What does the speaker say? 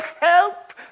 help